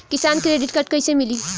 किसान credit card कइसे मिली?